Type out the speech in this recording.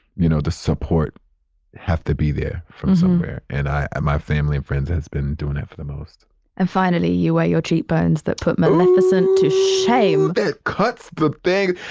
you know, the support have to be there from somewhere. and i, my family and friends has been doing it for the most and finally, you weigh your cheekbones that put maleficent to shame that cuts the thing.